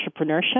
entrepreneurship